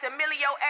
Emilio